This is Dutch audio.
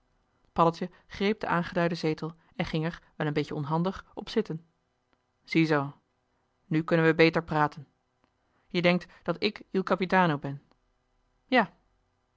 paddeltje greep den aangeduiden zetel en ging er wel een beetje onhandig op zitten ziezoo nu kunnen we beter praten je denkt dat ik il capitano ben ja